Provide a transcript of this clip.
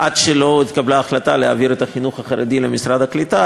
עד שלא התקבלה החלטה להעביר את החינוך החרדי למשרד הקליטה,